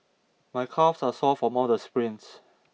my calves are sore from all the sprints